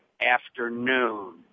afternoon